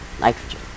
nitrogen